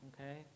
Okay